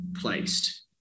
placed